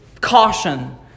caution